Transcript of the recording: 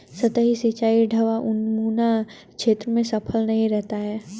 सतही सिंचाई ढवाऊनुमा क्षेत्र में सफल नहीं रहता है